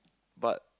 but